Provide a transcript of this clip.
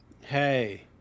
Hey